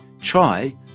try